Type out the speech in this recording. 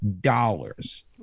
dollars